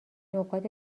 نقاط